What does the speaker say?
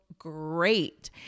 great